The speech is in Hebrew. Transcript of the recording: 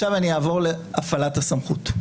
אני אעבור להפעלת הסמכות.